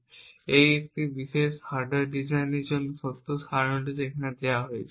তাই এই বিশেষ হার্ডওয়্যার ডিজাইনের জন্য সত্য সারণীটি এখানে দেখানো হয়েছে